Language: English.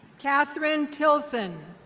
catherine tilson.